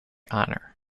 honor